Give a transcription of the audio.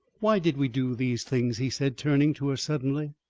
why did we do these things? he said, turning to her suddenly.